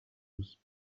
bruce